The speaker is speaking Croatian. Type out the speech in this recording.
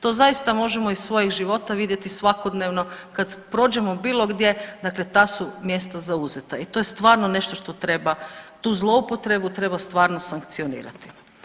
To zaista možemo iz svojih života vidjeti svakodnevno kad prođemo bilo gdje, dakle ta su mjesta zauzeta i to je stvarno nešto što treba, tu zloupotrebu treba stvarno sankcionirati.